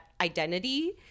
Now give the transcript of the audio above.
identity